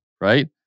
right